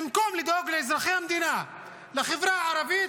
במקום לדאוג לאזרחי המדינה ולחברה הערבית,